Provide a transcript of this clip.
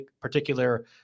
particular